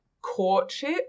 courtship